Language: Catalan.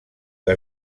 que